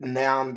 now